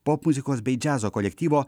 popmuzikos bei džiazo kolektyvo